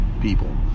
people